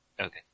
Okay